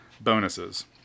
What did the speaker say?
bonuses